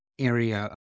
area